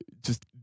just-